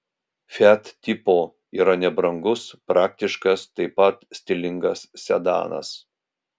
fiat tipo yra nebrangus praktiškas taip pat stilingas sedanas